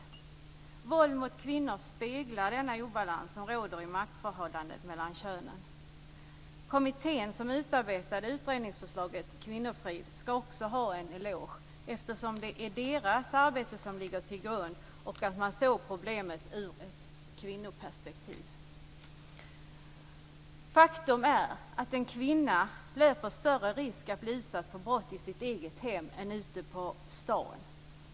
Våld mot kvinnor speglar den obalans som råder i maktförhållandet mellan könen. Kvinnofrid skall också ha en eloge eftersom det är dess arbete som ligger till grund här och man såg problemet i ett kvinnoperspektiv. Faktum är att en kvinna löper större risk att bli utsatt för brott i sitt eget hem än ute på stan.